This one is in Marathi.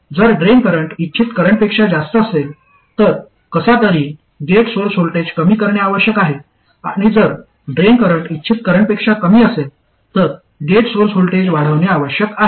जर ड्रेन करंट इच्छित करंटपेक्षा जास्त असेल तर कसा तरी गेट सोर्स व्होल्टेज कमी करणे आवश्यक आहे आणि जर ड्रेन करंट इच्छित करंटपेक्षा कमी असेल तर गेट सोर्स व्होल्टेज वाढणे आवश्यक आहे